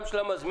גם של המזמינים,